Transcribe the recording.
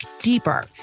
deeper